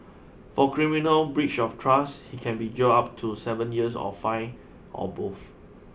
for criminal breach of trust he can be jailed up to seven years or fined or both